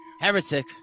Heretic